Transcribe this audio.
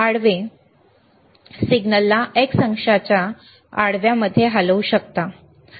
क्षैतिज पुढील क्षैतिज आपण सिग्नलला x अक्षांच्या आडव्या मध्ये हलवू शकता उजवीकडे